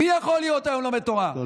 מי יכול להיות היום להיות לומד תורה?